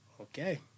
Okay